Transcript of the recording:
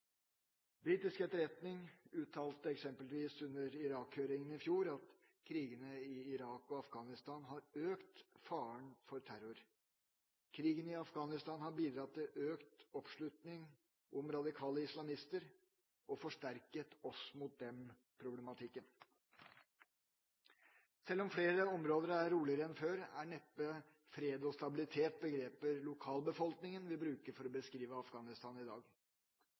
Britisk etterretning uttalte eksempelvis under Irak-høringen i fjor at krigene i Irak og Afghanistan har økt faren for terror. Krigen i Afghanistan har bidratt til økt oppslutning om radikale islamister og forsterket «oss mot dem»-problematikken. Sjøl om flere områder er roligere enn før, er neppe fred og stabilitet begreper lokalbefolkningen vil bruke for å beskrive Afghanistan i dag.